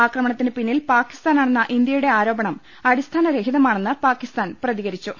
ആക്രമണത്തിന് പിന്നിൽ പാകിസ് താനാണെന്ന ഇന്തൃയുടെ ആരോപണം അടിസ്ഥാനരഹിതമാണെന്ന് പാകിസ്താൻ പ്രതികരിച്ചു